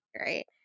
right